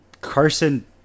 Carson